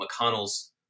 McConnell's